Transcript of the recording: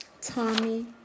Tommy